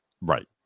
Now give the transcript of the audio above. Right